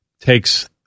takes